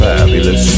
Fabulous